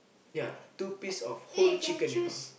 ya two piece of whole chicken you know